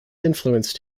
influenced